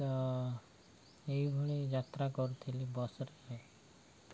ତ ଏଇଭଳି ଯାତ୍ରା କରୁଥିଲି ବସ୍ରେ